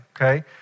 okay